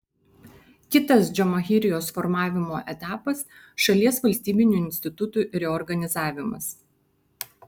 kitas džamahirijos formavimo etapas šalies valstybinių institutų reorganizavimas